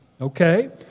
Okay